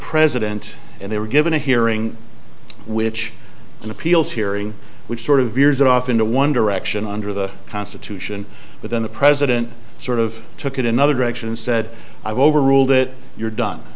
president and they were given a hearing which an appeals hearing which sort of veers off into one direction under the constitution but then the president sort of took it another direction and said i've overruled it you're done